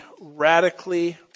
radically